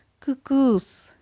cuckoos